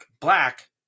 black